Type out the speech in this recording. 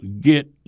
get